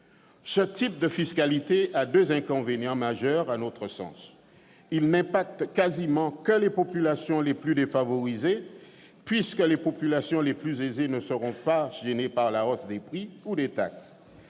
Ce type de fiscalité à deux inconvénients majeurs, à notre sens : il n'impacte quasiment que les populations les plus défavorisées, puisque les populations les plus aisées ne seront pas gênées par la hausse des prix ou des taxes